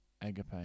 Agape